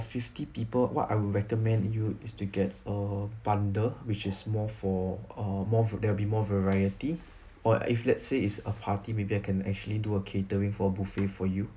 fifty people what I would recommend you is to get a bundle which is more for uh more for there'll be more variety or if let's say is a party maybe I can actually do a catering for buffet for you